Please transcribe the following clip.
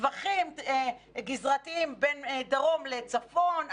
טווחים גזרתיים בין דרום לצפון,